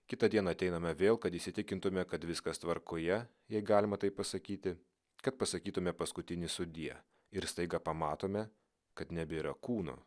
kitą dieną ateiname vėl kad įsitikintume kad viskas tvarkoje jei galima taip pasakyti kad pasakytume paskutinį sudie ir staiga pamatome kad nebėra kūno